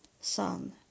son